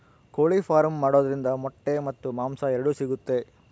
ಕೋಳಿ ಫಾರ್ಮ್ ಮಾಡೋದ್ರಿಂದ ಮೊಟ್ಟೆ ಮತ್ತು ಮಾಂಸ ಎರಡು ಸಿಗುತ್ತೆ